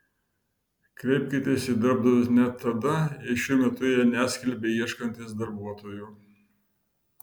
kreipkitės į darbdavius net tada jei šiuo metu jie neskelbia ieškantys darbuotojų